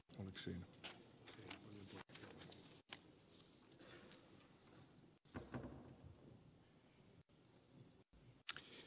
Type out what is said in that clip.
arvoisa herra puhemies